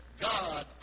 God